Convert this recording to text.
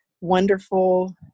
wonderful